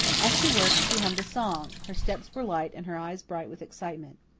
as she worked, she hummed a song her steps were light and her eyes bright with excitement.